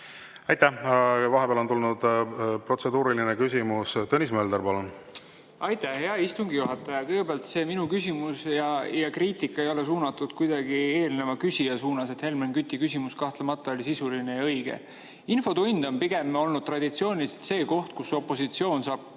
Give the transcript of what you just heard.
Aitäh! Vahepeal on tulnud protseduuriline küsimus. Tõnis Mölder, palun! Aitäh, hea istungi juhataja! Kõigepealt, see minu küsimus ja kriitika ei ole suunatud kuidagi eelneva küsija suunas, Helmen Küti küsimus kahtlemata oli sisuline ja õige. Infotund on pigem olnud traditsiooniliselt see koht, kus opositsioon saab